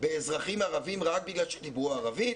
באזרחים ערבים רק בגלל שדיברו ערבית?